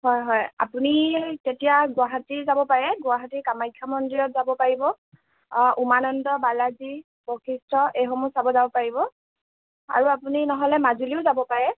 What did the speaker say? হয় হয় আপুনি তেতিয়া গুৱাহাটী যাব পাৰে গুৱাহাটীৰ কামাখ্যা মন্দিৰত যাব পাৰিব উমানন্দ বালাজী বশিষ্ঠ এইসমূহ চাব পাৰিব আৰু আপুনি নহ'লে মাজুলীও যাব পাৰে